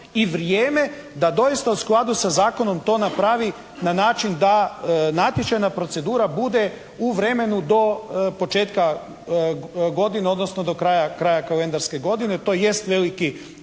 i vrijeme da doista u skladu sa zakonom to napravi na način da natječajna procedura bude u vremenu do početka godine odnosno do kraja kalendarske godine. To jest veliki